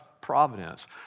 providence